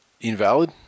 invalid